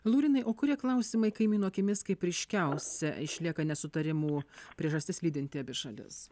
laurynai o kurie klausimai kaimynų akimis kaip ryškiausia išlieka nesutarimų priežastis lydinti abi šalis